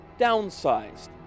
downsized